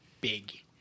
big